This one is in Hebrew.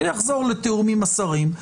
זה יחזור לתיאום עם השרים,